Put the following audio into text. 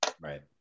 right